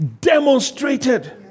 demonstrated